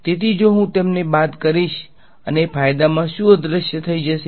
તેથી જો હું તેમને બાદ કરીશ અને ફાયદા માં શું અદૃશ્ય થઈ જશે